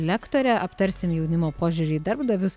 lektore aptarsim jaunimo požiūrį į darbdavius